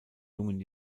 jungen